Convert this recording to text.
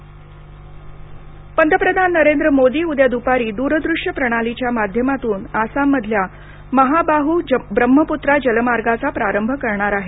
पंतप्रधान आसाम पंतप्रधान नरेंद्र मोदी उद्या दुपारी दूरदृष्य प्रणालीच्या माध्यमातून आसाममधल्या महाबाहु ब्रह्मपुत्रा जलमार्गाचा प्रारंभ करणार आहेत